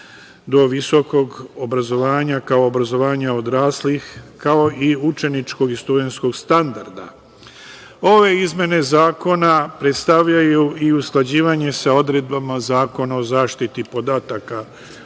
do visokog obrazovanja, kao obrazovanja odraslih, kao i učeničkog i studenskog standarda. Ove izmene zakona predstavljaju i usklađivanje sa odredbama Zakona o zaštiti podataka o